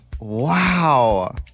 Wow